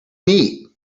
neat